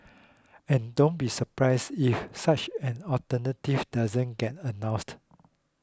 and don't be surprised if such an alternative does get announced